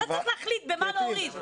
אתה צריך להחליט במה להוריד.